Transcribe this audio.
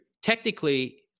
Technically